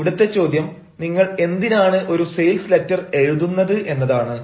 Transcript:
ഇനി ഇവിടുത്തെ ചോദ്യം നിങ്ങൾ എന്തിനാണ് ഒരു സെയിൽസ് ലെറ്റർ എഴുതുന്നത് എന്നതാണ്